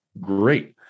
great